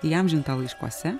įamžintą laiškuose